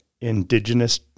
indigenous